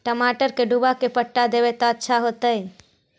टमाटर के डुबा के पटा देबै त अच्छा होतई?